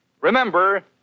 Remember